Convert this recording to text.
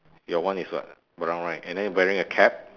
your one is what brown right and then wearing a cap